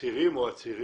האסירים האחרים